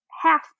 half